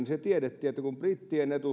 se tiedettiin että kun brittien